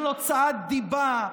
של הוצאת דיבה,